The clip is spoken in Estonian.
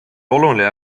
oluline